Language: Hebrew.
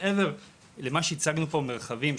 מעבר למה שהצגנו פה בדמות מרחבים,